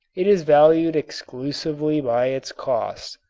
it is valued exclusively by its cost.